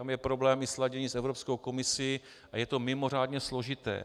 Tam je problém i sladění s Evropskou komisí a je to mimořádně složité.